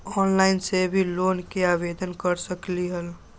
Online से भी loan के आवेदन कर सकलीहल?